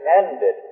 ended